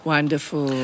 Wonderful